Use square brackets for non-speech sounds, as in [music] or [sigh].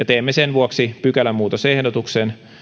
[unintelligible] teemme sen vuoksi pykälämuutosehdotuksen